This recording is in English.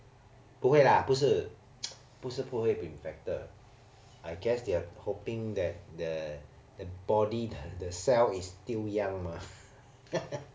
不会 lah 不是 不是不会 infected I guess they're hoping that the the body the cell is still young mah